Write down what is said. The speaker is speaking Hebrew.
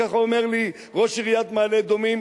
כך אומר לי ראש עיריית מעלה-אדומים,